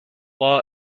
law